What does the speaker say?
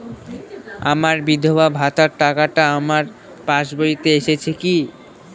আমার বিধবা ভাতার টাকাটা আমার পাসবইতে এসেছে কি?